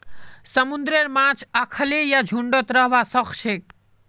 समुंदरेर माछ अखल्लै या झुंडत रहबा सखछेक